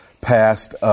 passed